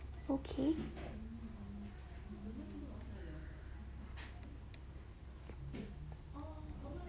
okay